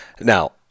Now